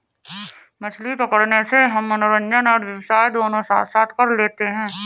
मछली पकड़ने से हम मनोरंजन और व्यवसाय दोनों साथ साथ कर लेते हैं